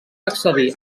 accedir